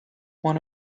one